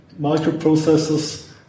microprocessors